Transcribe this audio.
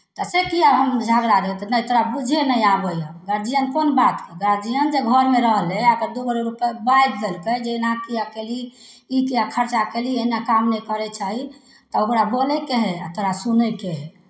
तऽ से किए हम झगड़ा नहि तऽ तोरा बूझय नहि आबैए गार्जियन कोन बातके गार्जियन जे घरमे रहलै आ अगर दू गो गप्प बाजि देलकै जे एना किए कयली ई किए खर्चा कयली एना काम नहि करय चाही तऽ ओकरा बोलयके हइ आ तोरा सुनयके हइ